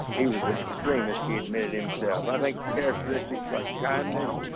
he was an extremist he admitted himself. i think characteristic like kindness,